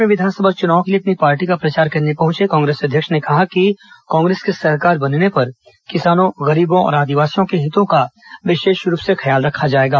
प्रदेश में विधानसभा चुनाव के लिए अपनी पार्टी का प्रचार करने पहंचे कांग्रेस अध्यक्ष ने कहा कि कांग्रेस की सरकार बनने पर किसानों गरीबों और आदिवासियों के हितों का विशेष रूप से ख्याल रखा जाएगा